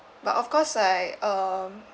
but of course I um